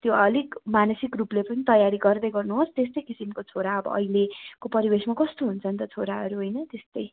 त्यो अलिक मानसिक रूपले पनि तयारी गर्दै गर्नु होस् त्यस्तो किसिमको छोरा अब अहिले को परिवेशमा कस्तो हुन्छन् त छोराहरू होइन त्यस्तो